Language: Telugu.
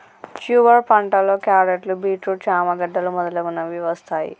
ట్యూబర్ పంటలో క్యారెట్లు, బీట్రూట్, చామ గడ్డలు మొదలగునవి వస్తాయ్